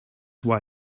why